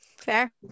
Fair